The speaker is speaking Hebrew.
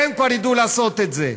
והם כבר ידעו לעשות את זה.